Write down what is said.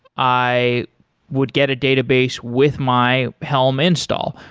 i would get a database with my helm install.